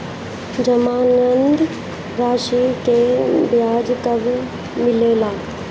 जमानद राशी के ब्याज कब मिले ला?